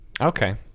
Okay